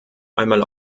einmal